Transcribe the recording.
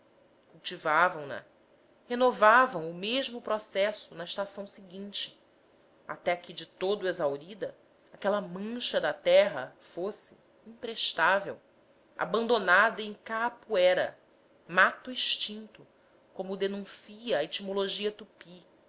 exuberante cultivavam na renovavam o mesmo processo na estação seguinte até que de todo exaurida aquela mancha de terra fosse imprestável abandonada em caapuera mato extinto como a denuncia a etimologia tupi